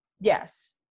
Yes